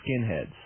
Skinheads